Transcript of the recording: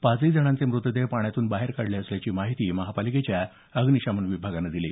पाचही जणांचे मृतदेह पाण्यातून बाहेर काढले असल्याची माहिती महापालिकेच्या अग्निशमक विभागानं दिली